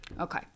Okay